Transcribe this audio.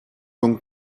donc